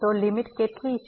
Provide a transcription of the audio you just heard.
તો લીમીટ કેટલી છે